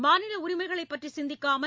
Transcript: மாநில உரிமைகளைப் பற்றி சிந்திக்காமல்